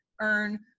earn